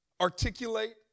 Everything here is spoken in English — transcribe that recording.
articulate